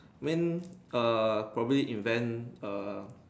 when err probably invent err